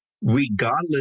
regardless